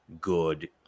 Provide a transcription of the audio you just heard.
good